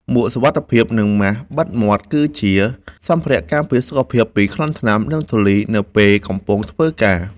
មួកសុវត្ថិភាព និងម៉ាសបិទមាត់ គឺជាសម្ភារៈការពារសុខភាពពីក្លិនថ្នាំ និងធូលីនៅពេលកំពុងធ្វើការងារ។